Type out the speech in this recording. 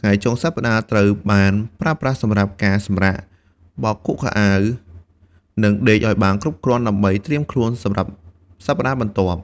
ថ្ងៃចុងសប្ដាហ៍ត្រូវបានប្រើប្រាស់សម្រាប់ការសម្រាក បោកគក់ខោអាវ និងដេកឱ្យបានគ្រប់គ្រាន់ដើម្បីត្រៀមខ្លួនសម្រាប់សប្ដាហ៍បន្ទាប់។